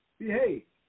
behave